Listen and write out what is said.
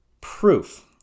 Proof